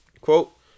quote